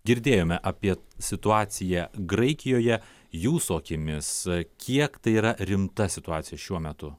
girdėjome apie situaciją graikijoje jūsų akimis kiek tai yra rimta situacija šiuo metu